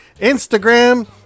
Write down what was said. instagram